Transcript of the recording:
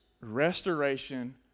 restoration